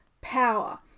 power